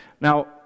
Now